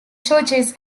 churches